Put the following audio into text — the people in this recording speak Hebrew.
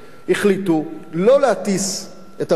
החליטו לא להטיס את הוועדים